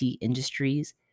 Industries